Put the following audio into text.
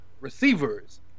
receivers